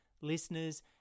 listeners